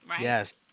yes